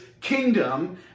kingdom